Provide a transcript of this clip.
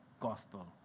gospel